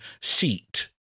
seat